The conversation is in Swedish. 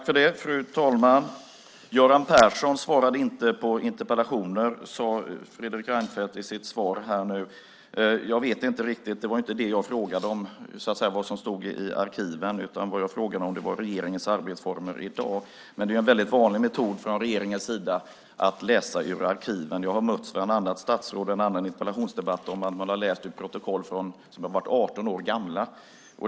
Fru talman! Göran Persson svarade inte på interpellationer, sade Fredrik Reinfeldt i sitt svar nu. Jag vet inte riktigt - det var inte det jag frågade om, vad som står i arkiven, utan vad jag frågade om var regeringens arbetsformer i dag. Men det är en väldigt vanlig metod från regeringens sida att läsa ur arkiven. Jag har bland annat mött ett statsråd i en interpellationsdebatt som läste protokoll som var 18 år gamla.